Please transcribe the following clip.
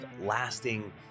lasting